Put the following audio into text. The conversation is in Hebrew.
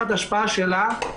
ותחת ההשפעה שלה,